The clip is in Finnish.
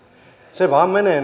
se vaan menee